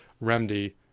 remedy